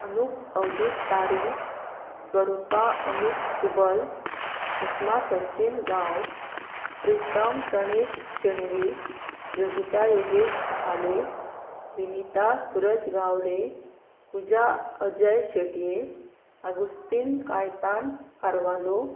Anup Avdhoot Tari Swarupa Amit Kubal Sushma Sachin Gawas Pritam Pranish Shenvi Yogita Yogesh Mahale Vinita Suraj Gawade Puja Ajay Shetye Agostin Caitan Carvalho